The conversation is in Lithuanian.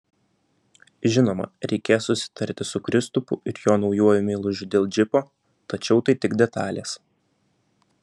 žinoma reikės susitarti su kristupu ir jo naujuoju meilužiu dėl džipo tačiau tai tik detalės